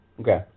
Okay